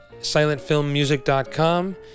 silentfilmmusic.com